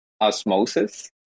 osmosis